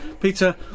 Peter